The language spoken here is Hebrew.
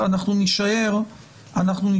נקודת המוצא היא שיש